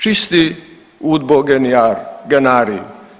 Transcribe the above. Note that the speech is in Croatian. Čisti udbogeniar genarij.